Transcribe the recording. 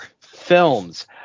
films